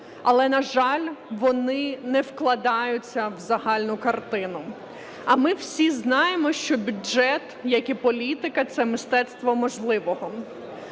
Але, на жаль, вони не вкладаються в загальну картину. А ми всі знаємо, що бюджет, як і політика, це мистецтво можливого,